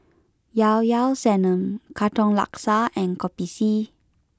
Llao Llao Sanum Katong Laksa and Kopi C